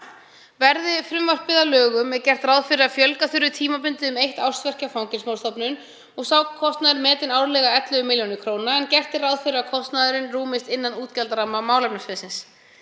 Verði frumvarpið að lögum er gert ráð fyrir að fjölga þurfi tímabundið um eitt ársverk hjá Fangelsismálastofnun og er sá kostnaður metinn árlega 11 millj. kr., en gert er ráð fyrir að kostnaðurinn rúmist innan útgjaldaramma málefnasviðsins.